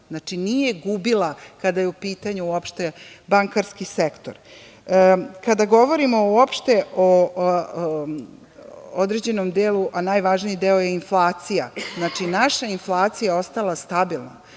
znači, nije gubila kada je u pitanju uopšte bankarski sektor. Kada govorimo uopšte o određenom delu, a najvažniji deo je inflacija, znači, naša inflacija je ostala stabilna.